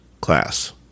class